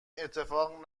اتفاق